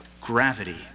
gravity